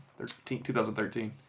2013